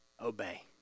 Obey